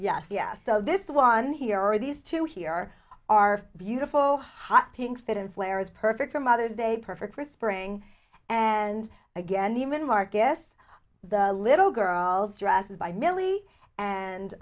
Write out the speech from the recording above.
yes yes so this one here or these two here are beautiful hot pink fit and flare is perfect for mother's day perfect for spring and again even marc if the little girl's dress is by millie and